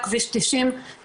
כביש 90,